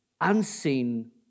unseen